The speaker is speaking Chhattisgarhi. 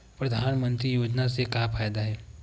परधानमंतरी योजना से का फ़ायदा हे?